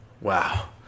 Wow